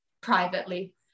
privately